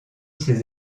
ses